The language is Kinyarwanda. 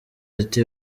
ati